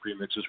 premixes